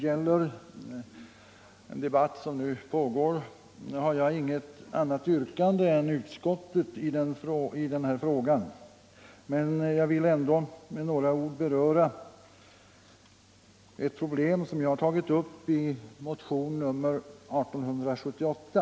Jag har inget annat yrkande än utskottet i denna fråga, men jag vill ändå med några ord beröra ett problem som jag har tagit upp i motionen 1878.